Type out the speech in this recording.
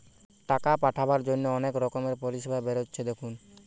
টাকা পাঠাবার জন্যে অনেক রকমের পরিষেবা বেরাচ্ছে দেখুন